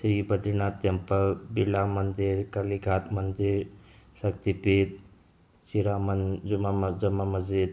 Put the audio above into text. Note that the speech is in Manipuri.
ꯁ꯭ꯔꯤ ꯕꯗ꯭ꯔꯤꯅꯥꯊ ꯇꯦꯝꯄꯜ ꯕ꯭ꯔꯤꯂꯥ ꯃꯟꯗꯤꯔ ꯀꯂꯤꯘꯥꯠ ꯃꯟꯗꯤꯔ ꯁꯛꯇꯤ ꯄꯤꯊ ꯆꯤꯔꯥꯃꯟ ꯖꯃꯥ ꯃꯁꯖꯤꯠ